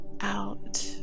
out